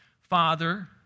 Father